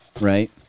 Right